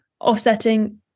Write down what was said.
offsetting